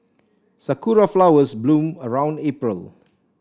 sakura flowers bloom around April